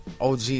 OG